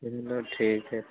ठीक है